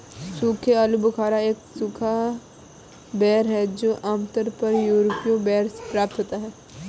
सूखे आलूबुखारा एक सूखा बेर है जो आमतौर पर यूरोपीय बेर से प्राप्त होता है